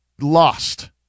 lost